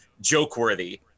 joke-worthy